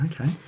okay